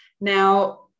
Now